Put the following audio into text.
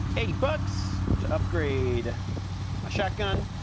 eighty bucks to upgrade my shotgun.